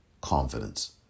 confidence